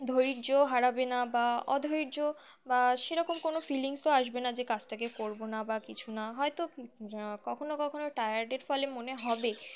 ধৈর্য হারাবে না বা অধৈর্য বা সেরকম কোনো ফিলিংসও আসবে না যে কাজটাকে করবো না বা কিছু না হয়তো কখনো না কখনও টায়ার্ডের ফলে মনে হবে